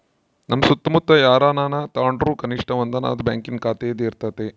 ನಮ್ಮ ಸುತ್ತಮುತ್ತ ಯಾರನನ ತಾಂಡ್ರು ಕನಿಷ್ಟ ಒಂದನಾದ್ರು ಬ್ಯಾಂಕಿನ ಖಾತೆಯಿದ್ದೇ ಇರರ್ತತೆ